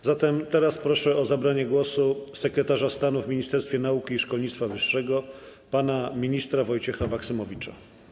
A zatem proszę teraz o zabranie głosu sekretarza stanu w Ministerstwie Nauki i Szkolnictwa Wyższego pana ministra Wojciecha Maksymowicza.